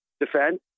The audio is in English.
defend